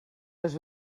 les